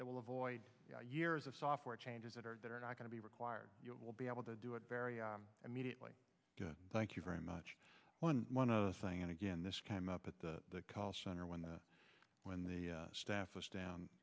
it will avoid the years of software changes that are that are not going to be required you will be able to do it very immediately thank you very much one one other thing and again this came up at the call center when the when the staff was down